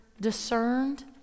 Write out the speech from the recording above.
discerned